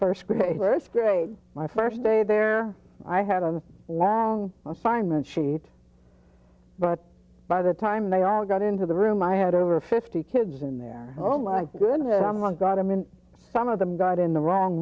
first grade first grade my first day there i had a wound assignment sheet but by the time they all got into the room i had over fifty kids in there oh my goodness i'm wrong god i mean some of them got in the wrong